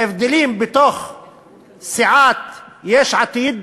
ההבדלים בתוך סיעת יש עתיד